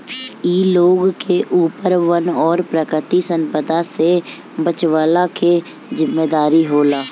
इ लोग के ऊपर वन और प्राकृतिक संपदा से बचवला के जिम्मेदारी होला